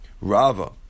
Rava